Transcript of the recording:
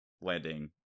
landing